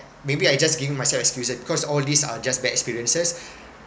maybe I just giving myself excuses because all these are just bad experiences